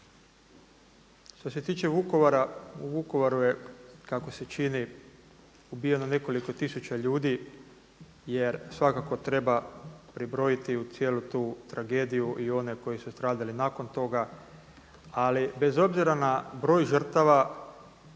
u Vukovaru je kako se čini ubijeno nekoliko tisuća ljudi jer svakako treba pribrojiti u cijelu tu tragediju i one koji su stradali nakon toga ali bez obzira na broj žrtava